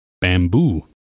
bamboo